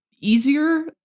easier